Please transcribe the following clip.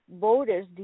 voters